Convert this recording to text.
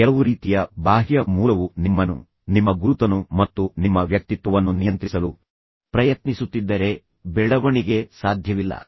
ಕೆಲವು ರೀತಿಯ ಬಾಹ್ಯ ಮೂಲವು ನಿಮ್ಮನ್ನು ನಿಮ್ಮ ಗುರುತನ್ನು ಮತ್ತು ನಿಮ್ಮ ವ್ಯಕ್ತಿತ್ವವನ್ನು ನಿಯಂತ್ರಿಸಲು ಪ್ರಯತ್ನಿಸುತ್ತಿದ್ದರೆ ಬೆಳವಣಿಗೆ ಸಾಧ್ಯವಿಲ್ಲ